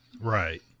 Right